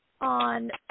on